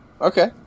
Okay